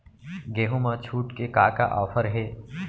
गेहूँ मा छूट के का का ऑफ़र हे?